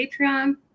Patreon